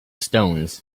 stones